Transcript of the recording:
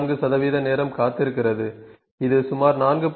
34 நேரம் காத்திருக்கிறது இது சுமார் 4